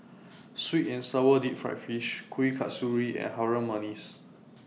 Sweet and Sour Deep Fried Fish Kueh Kasturi and Harum Manis